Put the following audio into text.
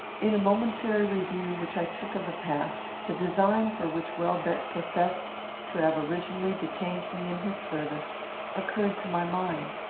in a momentary review which i took of the past, the design for which welbeck professed to have originally detained me in his service occurred to my mind.